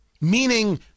Meaning